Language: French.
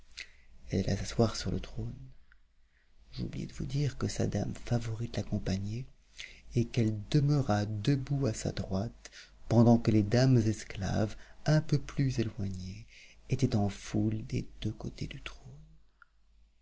elle alla s'asseoir sur le trône j'oubliais de vous dire que sa dame favorite l'accompagnait et qu'elle demeura debout à sa droite pendant que les dames esclaves un peu plus éloignées étaient en foule des deux côtés du trône